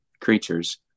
Creatures